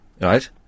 Right